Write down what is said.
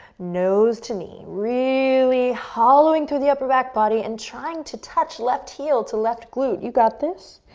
nose to knee, really hollowing through the upper back body and trying to touch left heel to left glute. you got this.